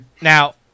Now